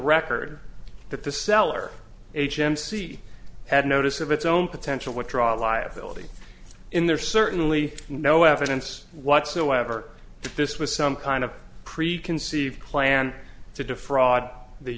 record that the seller h m c had notice of its own potential withdrawal liability in there certainly no evidence whatsoever that this was some kind of preconceived plan to defraud the